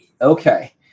Okay